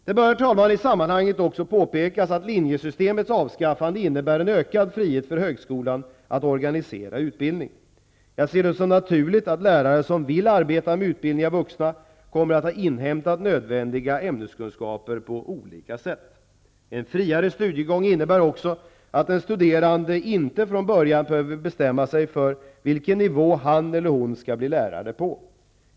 Det bör i sammanhanget också påpekas att linjesystemets avskaffande innebär en ökad frihet för högskolan att organisera utbildning. Jag ser det som naturligt att lärare som vill arbeta med utbildning av vuxna kommer att ha inhämtat nödvändiga ämneskunskaper på olika sätt. En friare studiegång innebär också att den studerande inte från början behöver bestämma sig för vilken nivå han eller hon skall bli lärare på.